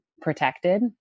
protected